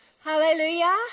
Hallelujah